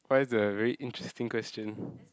!wah! this is a very interesting question